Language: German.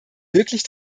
wirklich